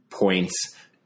points